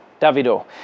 Davido